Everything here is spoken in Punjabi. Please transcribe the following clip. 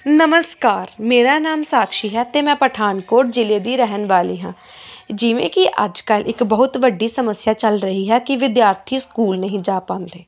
ਨਮਸਕਾਰ ਮੇਰਾ ਨਾਮ ਸਾਕਸ਼ੀ ਹੈ ਅਤੇ ਮੈਂ ਪਠਾਨਕੋਟ ਜ਼ਿਲ੍ਹੇ ਦੀ ਰਹਿਣ ਵਾਲੀ ਹਾਂ ਜਿਵੇਂ ਕਿ ਅੱਜ ਕੱਲ੍ਹ ਇੱਕ ਬਹੁਤ ਵੱਡੀ ਸਮੱਸਿਆ ਚੱਲ ਰਹੀ ਹੈ ਕਿ ਵਿਦਿਆਰਥੀ ਸਕੂਲ ਨਹੀਂ ਜਾ ਪਾਉਂਦੇ